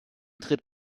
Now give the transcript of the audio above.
tritt